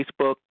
Facebook